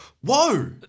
Whoa